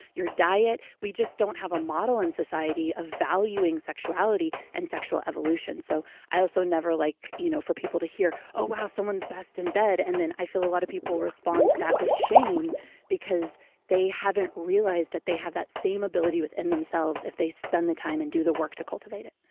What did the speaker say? your diet. we just don't have a model in society of valuing sexuality and sexual evolution. so i also never like you know for people to hear, oh wow, someone's best in bed. and then i feel a lot of people respond to that with shame because they haven't realized that they have that same ability within themselves if they spend the time and do the work to cultivate it.